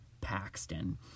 Paxton